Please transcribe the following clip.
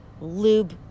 lube